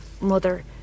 mother